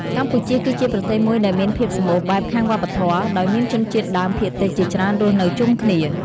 កម្ពុជាគឺជាប្រទេសមួយដែលមានភាពសម្បូរបែបខាងវប្បធម៌ ដោយមានជនជាតិដើមភាគតិចជាច្រើនរស់នៅជុំគ្នា។